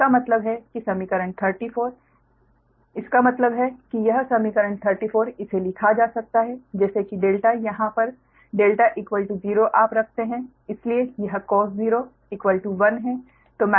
इसका मतलब है कि समीकरण 34 इसका मतलब है कि यह समीकरण 34 इसे लिखा जा सकता है जैसे कि δ यहां यह δ 0 आप रखते हैं इसलिए यह 𝐜os 𝟎 1 है